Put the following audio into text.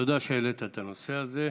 תודה שהעלית את הנושא הזה.